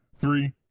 three